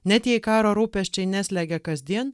net jei karo rūpesčiai neslegia kasdien